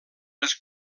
les